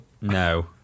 No